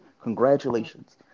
congratulations